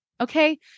Okay